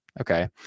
Okay